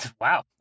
wow